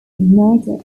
ignite